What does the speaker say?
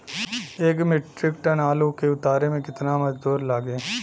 एक metric ton आलू के उतारे मे कितना मजदूर लागि?